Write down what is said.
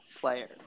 player